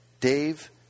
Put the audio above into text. Dave